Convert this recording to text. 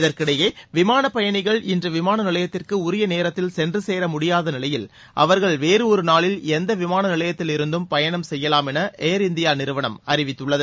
இதற்கிடையே விமான பயணிகள் இன்று விமான நிலையத்திற்கு உரிய நேரத்தில் சென்று சேர முடியாத நிலையில் அவர்கள் வேறு ஒரு நாளில் எந்த விமான நிலையத்தில் இருந்து பயணம் செய்யலாம் என ஏர் இந்தியா நிறுவனம் அறிவித்துள்ளது